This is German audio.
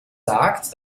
sagt